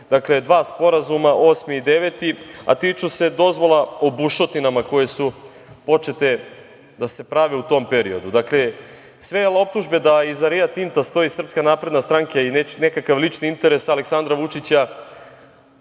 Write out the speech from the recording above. dva sporazuma osmi i deveti, a tiču se dozvola o bušotinama koje su počete da se prave u tom periodu. Dakle, sve optužbe da iza Rio Tinta stoji SNS i nekakav lični interes Aleksandra Vučića,